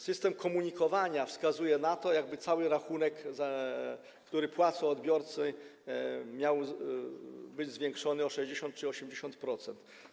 Sposób komunikowania wskazuje na to, jakby cały rachunek, który płacą odbiorcy, miał być zwiększony o 60 czy 80%.